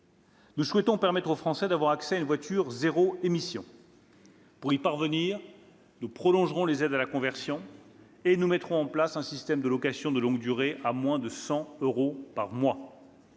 Nous souhaitons permettre aux Français d'avoir accès à une voiture à zéro émission. Pour y parvenir, nous prolongerons les aides à la conversion et nous mettrons en place un système de location de longue durée à moins de 100 euros par mois.